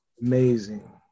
amazing